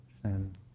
sin